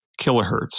kilohertz